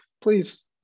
please